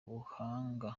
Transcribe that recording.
buhanga